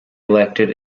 elected